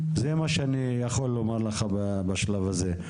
זה מה שאני יכול לומר לך בשלב הזה.